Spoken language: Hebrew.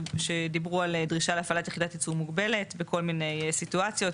שדיברו על דרישה להפעלת יחידת ייצור מוגבלת בכל מיני סיטואציות.